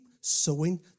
sowing